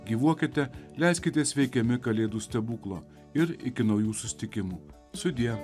gyvuokite leiskitės veikiami kalėdų stebuklo ir iki naujų susitikimų sudie